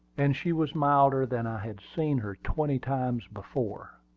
and she was milder than i had seen her twenty times before.